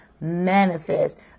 manifest